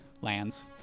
lands